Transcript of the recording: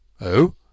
Oh